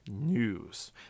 news